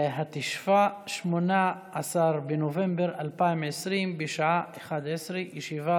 התשפ"א, 18 בנובמבר 2020, בשעה 11:00.